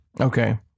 Okay